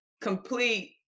complete